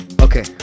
Okay